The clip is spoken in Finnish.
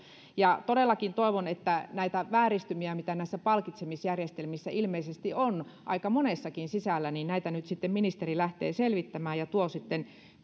todellakin toivon että näitä vääristymiä mitä näissä palkitsemisjärjestelmissä ilmeisesti on aika monessakin sisällä nyt sitten ministeri lähtee selvittämään ja tuo sitten